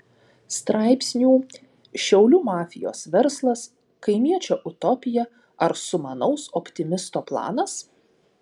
straipsnių šiaulių mafijos verslas kaimiečio utopija ar sumanaus optimisto planas